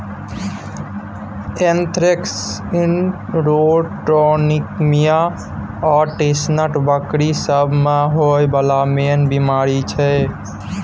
anthrax, enterotoxemia आ tetanus बकरी सब मे होइ बला मेन बेमारी छै